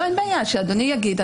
אין בעיה, שאדוני יגיד.